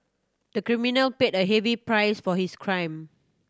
the criminal paid a heavy price for his crime